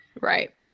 right